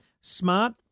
smart